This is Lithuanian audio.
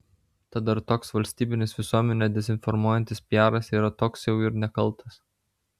tad ar toks valstybinis visuomenę dezinformuojantis piaras yra toks jau ir nekaltas